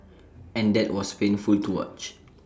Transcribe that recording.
and that was painful to watch